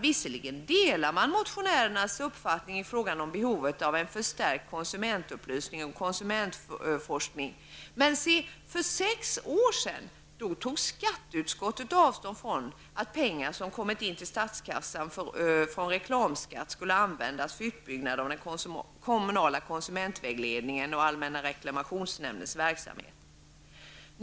Visserligen delar man motionärernas uppfattning i fråga om behovet av en förstärkt konsumentupplysning och konsumentforskning, men för 6 år sedan tog skatteutskottet avstånd från att pengar som kommit in till statskassan från reklamskatt skulle användas för utbyggnad av den kommunala konsumentvägledningen och till allmänna reklamationsnämndens verksamhet.